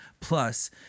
plus